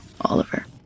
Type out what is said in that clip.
Oliver